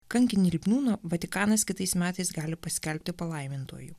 kankinį lipniūną vatikanas kitais metais gali paskelbti palaimintuoju